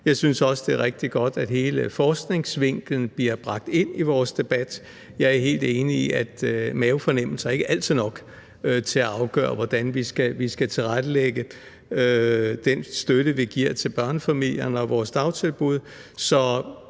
Jeg synes også, det er rigtig godt, at hele forskningsvinklen bliver bragt ind i vores debat. Jeg er helt enig i, at mavefornemmelser ikke altid er nok til at afgøre, hvordan vi skal tilrettelægge den støtte, vi giver til børnefamilierne, og vores dagtilbud.